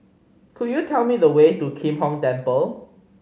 could you tell me the way to Kim Hong Temple